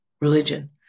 religion